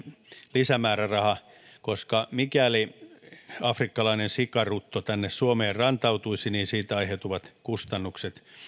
lisämääräraha koska mikäli afrikkalainen sikarutto tänne suomeen rantautuisi siitä aiheutuvat kustannukset